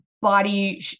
body